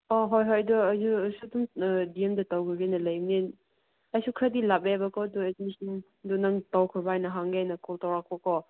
ꯑꯣ ꯍꯣꯏ ꯍꯣꯏ ꯑꯗꯨ ꯑꯩꯁꯨ ꯗꯤ ꯑꯦꯝꯗ ꯇꯧꯈ꯭ꯔꯒꯦꯅ ꯂꯩꯕꯅꯤ ꯑꯩꯁꯨ ꯈꯔꯗꯤ ꯂꯥꯞꯄꯦꯕꯀꯣ ꯑꯗꯨ ꯑꯣꯏꯔꯗꯤ ꯁꯨꯝ ꯑꯗꯨ ꯅꯪ ꯇꯧꯈ꯭ꯔꯕꯅ ꯍꯪꯒꯦꯅ ꯀꯣꯜ ꯇꯧꯔꯛꯄꯀꯣ